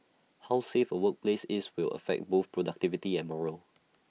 how safe A workplace is will affect both productivity and morale